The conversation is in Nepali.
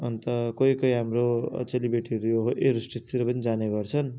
अन्त कोही कोही हाम्रो चेली बेटीहरूो यो एयर हस्टेसतिर पनि जाने गर्छन्